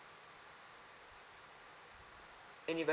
university